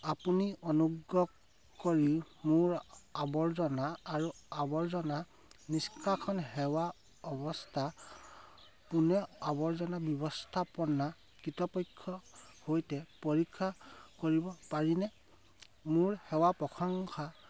আপুনি অনুগ্ৰহ কৰি মোৰ আৱৰ্জনা আৰু আৱৰ্জনা নিষ্কাশন সেৱাৰ অৱস্থা পুনে আৱৰ্জনা ব্যৱস্থাপনা কৃতপক্ষৰ সৈতে পৰীক্ষা কৰিব পাৰিনে মোৰ সেৱাৰ প্ৰশংসা